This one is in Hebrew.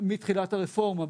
מתחילת הרפורמה.